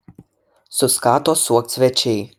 suskato suokt svečiai